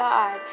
God